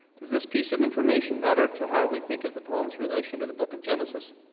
does this piece of information matter to how we think of the poems relation to the book of genesis?